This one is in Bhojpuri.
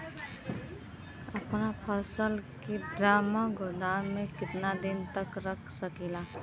अपना फसल की ड्रामा गोदाम में कितना दिन तक रख सकीला?